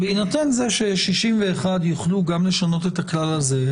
אבל בהינתן זה ש-61 יוכלו לשנות גם את הכלל הזה,